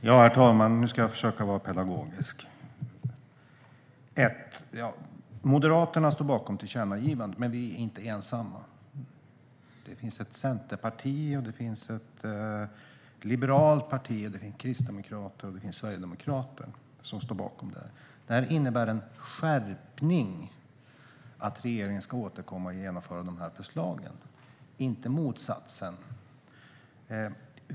Herr talman! Nu ska jag försöka vara pedagogisk. Moderaterna står bakom tillkännagivandet, men vi är inte ensamma. Vi har även Centerpartiet, Liberalerna, Kristdemokraterna och Sverigedemokraterna som står bakom det här. Det här innebär en skärpning, att regeringen ska återkomma och genomföra de här förslagen. Inte motsatsen.